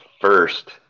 first